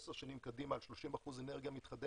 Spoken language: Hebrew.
10 שנים קדימה על 30% אנרגיה מתחדשת,